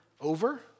over